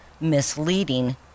misleading